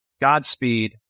Godspeed